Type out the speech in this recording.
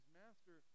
master